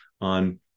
on